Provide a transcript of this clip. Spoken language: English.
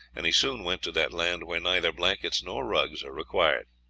and he soon went to that land where neither blankets nor rugs are required.